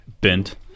Bent